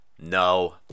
No